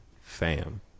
fam